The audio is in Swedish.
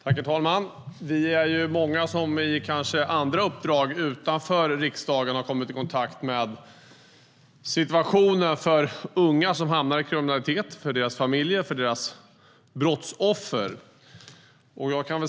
Herr talman! Vi är många som i andra uppdrag utanför riksdagen har kommit i kontakt med situationer för unga som hamnar i kriminalitet, för deras familjer och för deras brottsoffer.